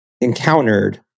encountered